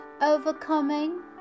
Overcoming